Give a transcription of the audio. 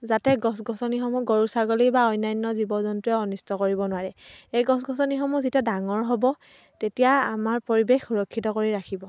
যাতে গছ গছনিসমূহ গৰু ছাগলী বা অন্যান্য জীৱ জন্তুৱে অনিষ্ট কৰিব নোৱাৰে এই গছ গছনিসমূহ যেতিয়া ডাঙৰ হ'ব তেতিয়া আমাৰ পৰিৱেশ সুৰক্ষিত কৰি ৰাখিব